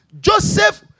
Joseph